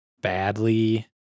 badly